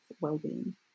well-being